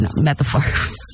metaphor